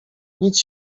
nic